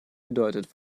gedeutet